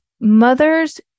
mothers